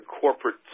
corporate